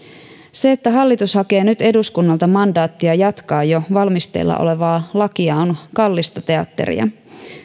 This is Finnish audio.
se että hallitus hakee nyt eduskunnalta mandaattia jatkaa jo valmisteilla olevaa lakia on kallista teatteria